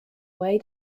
way